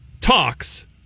talks